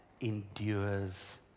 endures